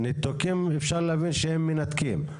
ניתוקים אפשר להבין שהם מנתקים.